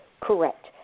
Correct